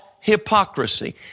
hypocrisy